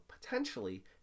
potentially